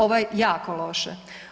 Ovo je jako loše.